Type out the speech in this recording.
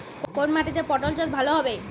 কোন মাটিতে পটল চাষ ভালো হবে?